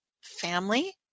family